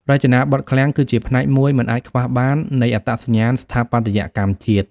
រចនាបថឃ្លាំងគឺជាផ្នែកមួយមិនអាចខ្វះបាននៃអត្តសញ្ញាណស្ថាបត្យកម្មជាតិ។